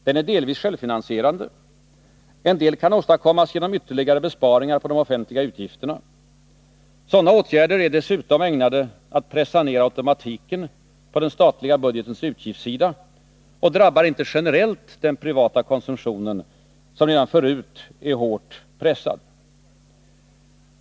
Den är delvis självfinansierande. En del kan åstadkommas genom ytterligare besparingar på de offentliga utgifterna. Sådana åtgärder är dessutom ägnade att pressa ner automatiken på den statliga budgetens utgiftssida och drabbar inte generellt den privata konsumtionen, som redan förut är hårt pressad.